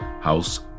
house